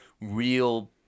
real